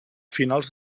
finals